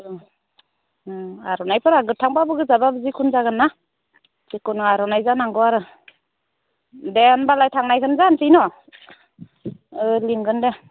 आर'नाइफोरा गोथांब्लाबो गोजाब्लाबो जिखुनु जागोनना जिखुनु आर'नाइ जानांगौ आरो दे होमब्लालाय थांनायखोनो जानसैन' लिंगोन दे